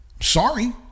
sorry